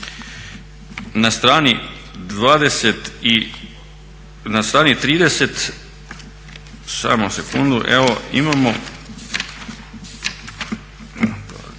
Na strani 30 samo sekundu evo imamo,